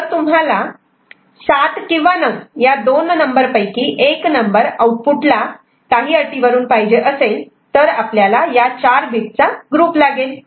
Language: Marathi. जर तुम्हाला 7 किंवा 9 या दोन नंबर पैकी एक नंबर आउटपुट ला काही अटीवरून पाहिजे असेल तर आपल्याला 4 बीटचा ग्रुप लागेल